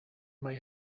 may